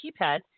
keypad